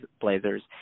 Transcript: Blazers